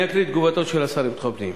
אני אקריא את תגובתו של השר לביטחון פנים: